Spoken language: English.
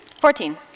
Fourteen